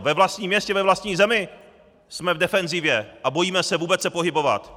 Ve vlastní městě, ve vlastní zemi jsme v defenzivě a bojíme se vůbec se pohybovat!